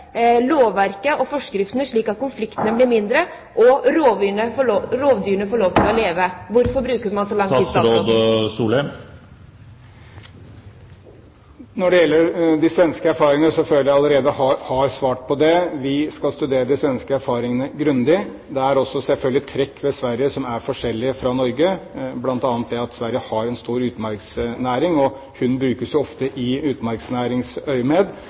lovverket og forskriftene slik at konfliktene blir mindre, og rovdyrene får lov til å leve. Hvorfor bruker man så lang tid? Når det gjelder de svenske erfaringene, føler jeg at jeg allerede har svart på det. Vi skal studere de svenske erfaringene grundig. Det er også selvfølgelig trekk ved Sverige som er forskjellig fra Norge, bl.a. at Sverige har en stor utmarksnæring, og hund brukes ofte i